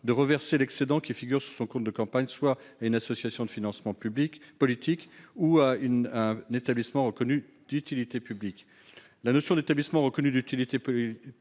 de reverser l'excédent qui figure sur son compte de campagne à une association de financement politique ou à un établissement reconnu d'utilité publique. La notion d'établissement reconnu d'utilité